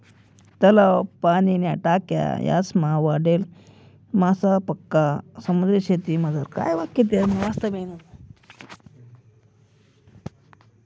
तलाव, पाणीन्या टाक्या यासमा वाढेल मासासपक्सा समुद्रीशेतीमझारला मासा चांगला दर्जाना राहतस